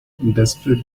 desperate